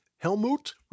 Helmut